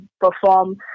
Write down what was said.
perform